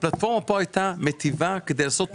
הצבעה הרוויזיה לא נתקבלה הרוויזיה לא התקבלה.